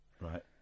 Right